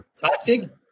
toxic